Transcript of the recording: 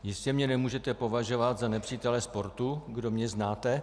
Jistě mě nemůžete považovat za nepřítele sportu, kdo mě znáte.